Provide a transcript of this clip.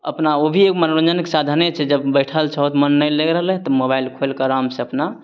अपना ओ भी एक मनोरञ्जनके साधने छै जब बैठल छहो तऽ मन नहि लागि रहलय तऽ मोबाइल खोलिके आरामसँ अपना